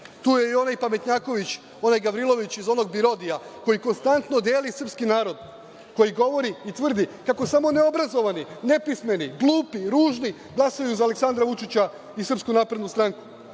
Tu je i onaj pametnjaković, onaj Gavrilović iz onog Birodija koji konstantno deli srpski narod, koji govori i tvrdi kako samo neobrazovani, nepismeni, glupi i ružni glasaju za Aleksandra Vučića i SNS. Tu je i onaj